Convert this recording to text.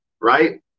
Right